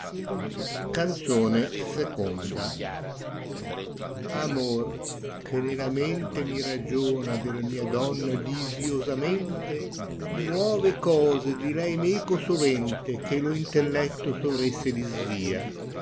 canzone il a mor che nella mente mi ragiona della mia donna disiosamente muove cose di lei meco sovente che lo intelletto sovresse disvia